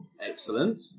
Excellent